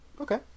Okay